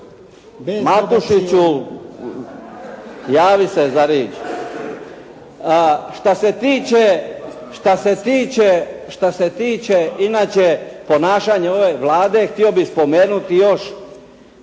Matušiću javi se za riječ. Šta se tiče inače ponašanja ove Vlade, htio bih spomenuti još